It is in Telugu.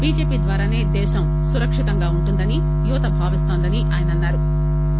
బీజెపి ద్వారానే దేశం సురక్షితంగా ఉంటుందని యువత భావిస్తోందని ఆయన అన్సారు